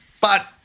But-